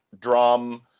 drum